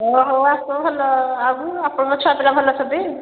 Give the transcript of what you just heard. ହଁ ହଉ ଆସ ଭଲ ଆଉ ଆପଣଙ୍କ ଛୁଆପିଲା ଭଲ ଅଛନ୍ତି